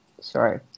Sorry